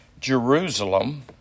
Jerusalem